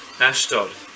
Ashdod